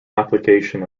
application